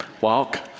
Walk